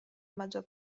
maggior